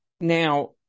Now